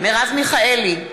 מרב מיכאלי,